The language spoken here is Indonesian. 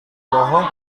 bohong